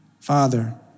Father